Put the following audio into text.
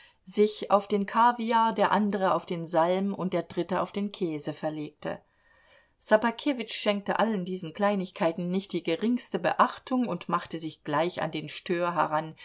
sich auf den kaviar der andere auf den salm und der dritte auf den käse verlegte ssobakewitsch schenkte allen diesen kleinigkeiten nicht die geringste beachtung und machte sich gleich an den stör heran